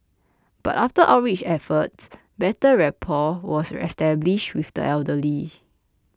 but after outreach efforts better rapport was established with the elderly